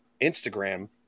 Instagram